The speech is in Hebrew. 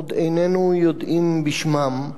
עוד איננו יודעים את שמם,